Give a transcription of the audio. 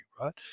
right